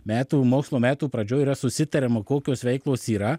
metų mokslo metų pradžioj yra susitariama kokios veiklos yra